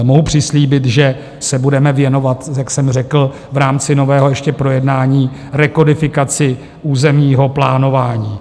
Mohu přislíbit, že se budeme věnovat, jak jsem řekl, v rámci nového projednání ještě rekodifikaci územního plánování.